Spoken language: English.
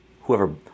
Whoever